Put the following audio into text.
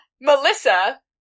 Melissa